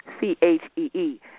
C-H-E-E